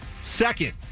Second